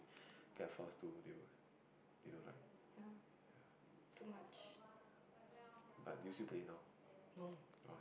ya too much no